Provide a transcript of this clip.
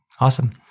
Awesome